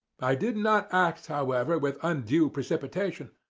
i did not act, however, with undue precipitation.